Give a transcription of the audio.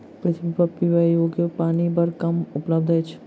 पृथ्वीपर पीबा योग्य पानि बड़ कम उपलब्ध अछि